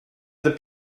the